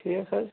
ٹھیٖک حظ